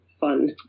fun